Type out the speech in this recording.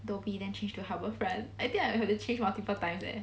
dhoby then change to harbourfront I think I will have to change multiple times leh